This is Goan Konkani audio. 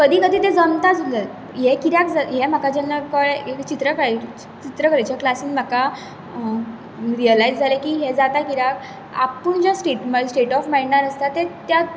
कदी कदी तें जमता हे कित्याक हें म्हाका जेन्ना कळ्ळें चित्रकलेचे क्लासींत म्हाका रियलाय्ज जालें की हें जाता कित्याक आपूण जे आपूण जे स्टेट ऑफ मांइडार आसता त्या